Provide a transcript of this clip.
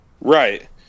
right